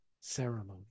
ceremony